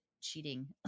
cheating